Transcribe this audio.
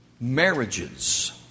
Marriages